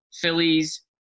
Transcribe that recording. Phillies